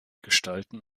gestalten